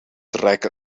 trekke